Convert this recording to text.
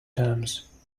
terms